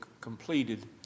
completed